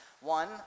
One